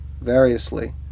variously